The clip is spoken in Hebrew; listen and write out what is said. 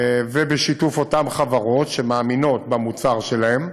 ובשיתוף אותן חברות שמאמינות במוצר שלהן.